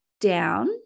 down